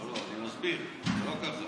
אני מסביר, זה לא ככה.